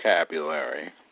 vocabulary